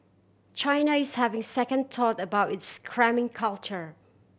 China is having second thought about its cramming culture